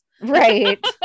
Right